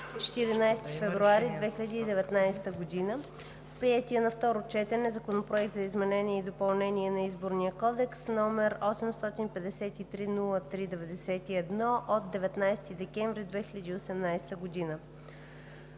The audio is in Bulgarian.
14 февруари 2019 г. в приетия на второ четене Законопроект за изменение и допълнение на Изборния кодекс, № 853-03-91 от 19 декември 2018 г.